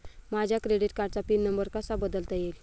माझ्या क्रेडिट कार्डचा pin number कसा बदलता येईल?